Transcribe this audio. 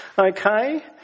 okay